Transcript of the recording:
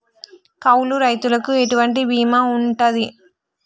కౌలు రైతులకు ఎటువంటి బీమా ఉంటది?